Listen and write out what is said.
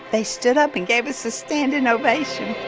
they stood up and gave us a standing ovation